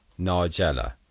Nigella